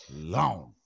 long